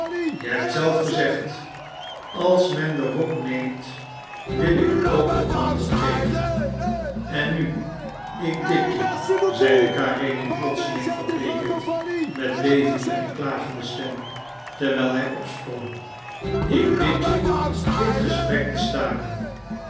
je hebt zelf gezegd als men den rok neemt wil ik ook den mantel geven en nu ik bid je zeide karenin plotseling verbleekend met bevende en klagende stem terwijl hij opsprong ik bid je dit gesprek te staken